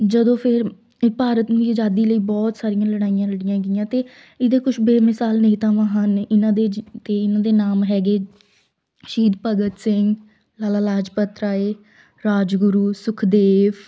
ਜਦੋਂ ਫਿਰ ਭਾਰਤ ਨੂੰ ਅਜ਼ਾਦੀ ਲਈ ਬਹੁਤ ਸਾਰੀਆਂ ਲੜਾਈਆਂ ਲੜੀਆਂ ਗਈਆਂ ਤਾਂ ਇਹਦਾ ਕੁਛ ਬੇਮਿਸਾਲ ਨੇਤਾਵਾਂ ਹਨ ਇਹਨਾਂ ਦੇ ਜਿੱਥੇ ਇਹਨਾਂ ਦੇ ਨਾਮ ਹੈਗੇ ਸ਼ਹੀਦ ਭਗਤ ਸਿੰਘ ਲਾਲਾ ਲਾਜਪਤ ਰਾਏ ਰਾਜਗੁਰੂ ਸੁਖਦੇਵ